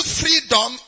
freedom